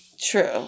True